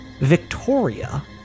Victoria